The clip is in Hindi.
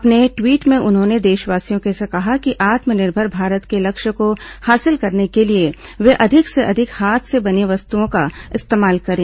अपने ट्वीट में उन्होंने देशवासियों से कहा कि आत्मनिर्भर भारत के लक्ष्य को हासिल करने के लिए वे अधिक से अधिक हाथ से बनी वस्तुओं का इस्तेमाल करें